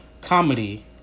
comedy